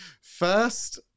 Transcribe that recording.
First